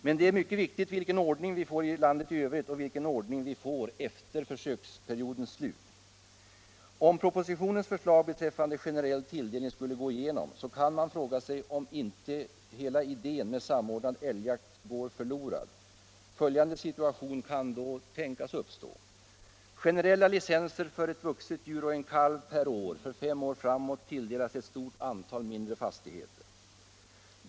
Men det är mycket viktigt vilken ordning vi får i landet i övrigt och vilken ordning vi får efter försöksperiodens slut. Om propositionens förslag beträffande generell tilldelning skulle godtas, kan man fråga sig om inte hela idén med samordnad älgjakt går förlorad. Följande situation kan då tänkas uppstå. Generella licenser för ett vuxet djur och en kalv per år för fem år framåt tilldelas ett stort antal mindre fastigheter.